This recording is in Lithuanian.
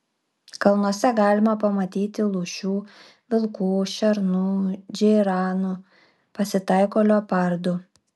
kalnuose galima pamatyti lūšių vilkų šernų džeiranų pasitaiko leopardų